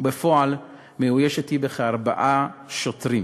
ובפועל היא מאוישת בכארבעה שוטרים